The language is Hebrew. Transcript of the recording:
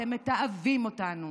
אתם מתעבים אותנו.